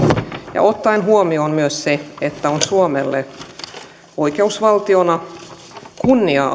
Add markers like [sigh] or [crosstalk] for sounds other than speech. ja ottaen huomioon myös sen että on suomelle oikeusvaltiona kunnia [unintelligible]